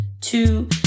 two